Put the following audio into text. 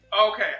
Okay